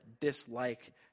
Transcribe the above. dislike